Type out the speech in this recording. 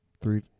Three